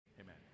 amen